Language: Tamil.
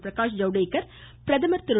பிரகாஷ் ஜவ்டேகர் பிரதமர் திரு